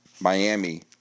Miami